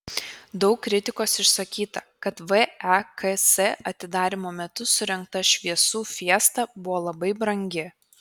daug kritikos išsakyta kad veks atidarymo metu surengta šviesų fiesta buvo labai brangi